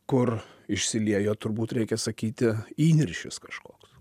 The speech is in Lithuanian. kur išsiliejo turbūt reikia sakyti įniršis kažkoks